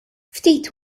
ftit